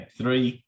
three